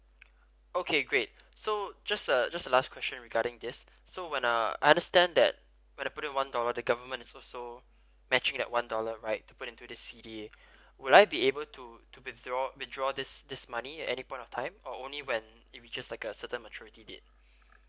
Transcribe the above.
okay great so just uh just a last question regarding this so when uh I understand that when I put in one dollar the governments is also matching that one dollar right to put into this C_D_A would I be able to to withdraw withdraw this this money at any point of time or only when it reaches like a certain maturity date